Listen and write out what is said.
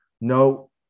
no